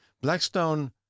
Blackstone